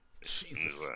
Jesus